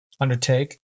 undertake